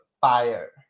fire